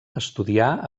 estudià